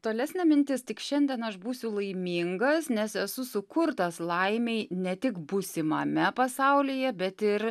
tolesnė mintis tik šiandien aš būsiu laimingas nes esu sukurtas laimei ne tik būsimame pasaulyje bet ir